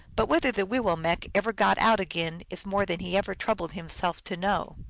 but whether the wiwillmekq ever got out again is more than he ever troubled himself to know.